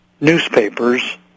newspapers